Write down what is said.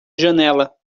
janela